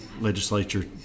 legislature